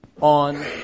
on